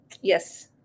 Yes